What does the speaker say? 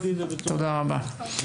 בבקשה,